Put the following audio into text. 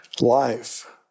life